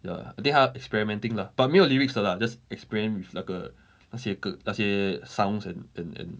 ya I think 他 experimenting lah but 没有 lyrics 的 lah just experiment with 那个那些歌那些 sounds and and and